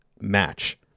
match